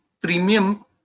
premium